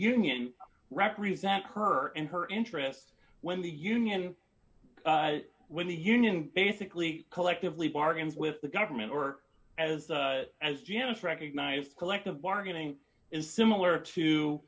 union represent her and her interests when the union when the union basically collectively bargained with the government or as the as janice recognized collective bargaining is similar to